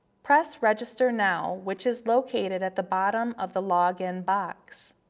press register now which is located at the bottom of the login box.